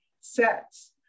sets